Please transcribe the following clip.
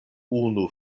unu